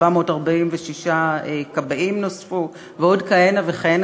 446 כבאים נוספו ועוד כהנה וכהנה,